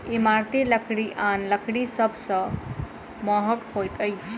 इमारती लकड़ी आन लकड़ी सभ सॅ महग होइत अछि